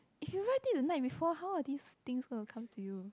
if you write it the night before how are these things going to come to you